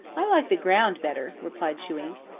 i like the ground better, replied chewink.